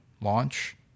launch